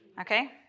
Okay